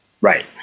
Right